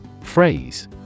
Phrase